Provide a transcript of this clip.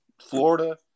Florida